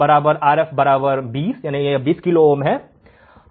R2 Rf 20 यह 20 है